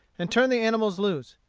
and turned the animals loose.